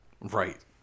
Right